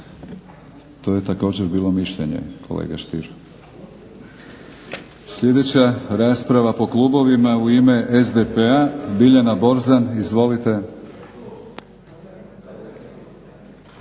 To je također bilo mišljenje kolega Stier. Sljedeća rasprava po klubovima, u ime SDP-a, Biljana Borzan. Izvolite.